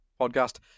Podcast